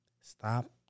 Stop